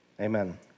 amen